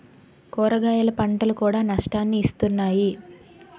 కూరగాయల పంటలు కూడా నష్టాన్ని ఇస్తున్నాయి